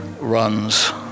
runs